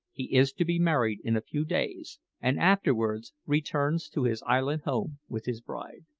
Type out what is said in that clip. he is to be married in a few days, and afterwards returns to his island home with his bride.